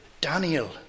Daniel